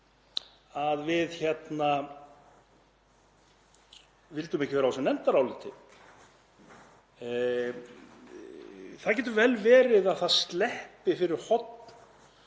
að við vildum ekki vera á þessu nefndaráliti. Það getur vel verið að það sleppi fyrir horn